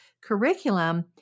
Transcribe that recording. curriculum